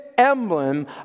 Emblem